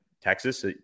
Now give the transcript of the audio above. Texas